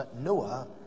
Noah